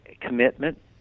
commitment